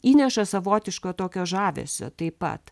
įneša savotiško tokio žavesio taip pat